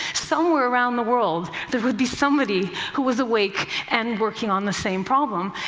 somewhere around the world, there would be somebody who was awake and working on the same problem.